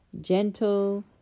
Gentle